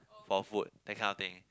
for food that kind of thing